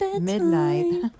midnight